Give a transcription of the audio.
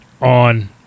on